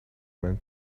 man